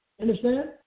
understand